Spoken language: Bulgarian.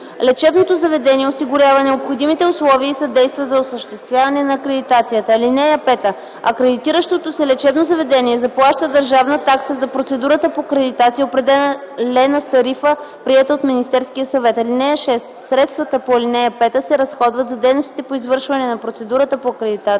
Лечебното заведение осигурява необходимите условия и съдейства за осъществяване на акредитацията. (5) Акредитиращото се лечебно заведение заплаща държавна такса за процедурата по акредитация, определена с тарифа, приета от Министерския съвет. (6) Средствата по ал. 5 се разходват за дейностите по извършване на процедурата по акредитация”.”